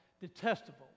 detestable